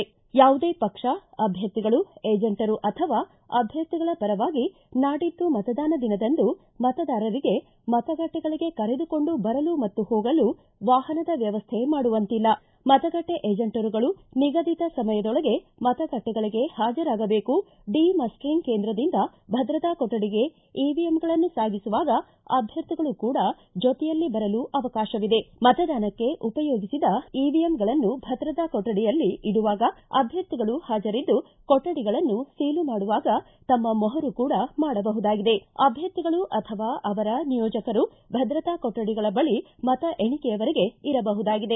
ಯಾವುದೇ ಪಕ್ಷ ಅಭ್ಯರ್ಥಿಗಳು ಏಜೆಂಟರು ಅಥವಾ ಅಭ್ಯರ್ಥಿಗಳ ಪರವಾಗಿ ನಾಡಿದ್ದು ಮತದಾನ ದಿನದಂದು ಮತದಾರರಿಗೆ ಮತಗಟ್ಟೆಗಳಿಗೆ ಕರೆದುಕೊಂಡು ಬರಲು ಮತ್ತು ಹೋಗಲು ವಾಹನದ ವ್ಯವಸ್ಥೆ ಮಾಡುವಂತಿಲ್ಲ ಮತಗಟ್ಟೆ ಏಜೆಂಟರುಗಳು ನಿಗದಿತ ಸಮಯದೊಳಗೆ ಮತಗಟ್ಟೆಗಳಿಗೆ ಹಾಜರಾಗಬೇಕು ಡಿ ಮಸ್ಟರಿಂಗ್ ಕೇಂದ್ರದಿಂದ ಭದ್ರತಾ ಕೊಠಡಿಗೆ ಇವಿಎಂಗಳನ್ನು ಸಾಗಿಸುವಾಗ ಅಭ್ಯರ್ಥಿಗಳು ಕೂಡ ಜೊತೆಯಲ್ಲಿ ಬರಲು ಅವಕಾಶವಿದೆ ಮತದಾನಕ್ಕೆ ಉಪಯೋಗಿಸಿದ ಇವಿಎಂಗಳನ್ನು ಭದ್ರತಾ ಕೊರಡಿಯಲ್ಲಿ ಇಡುವಾಗ ಅಭ್ಯರ್ಥಿಗಳು ಹಾಜರಿದ್ದು ಕೊಠಡಿಗಳನ್ನು ಸೀಲು ಮಾಡುವಾಗ ತಮ್ಮ ಮೊಹರು ಕೂಡ ಮಾಡಬಹುದಾಗಿದೆ ಅಭ್ಯರ್ಥಿಗಳು ಅಥವಾ ಅವರ ನಿಯೋಜಕರು ಭದ್ರತಾ ಕೊಠಡಿಗಳ ಬಳಿ ಮತ ಎಣಿಕೆಯವರೆಗೆ ಇರಬಹುದಾಗಿದೆ